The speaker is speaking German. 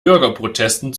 bürgerprotesten